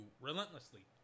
Relentlessly